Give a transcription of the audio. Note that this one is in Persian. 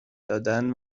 دادن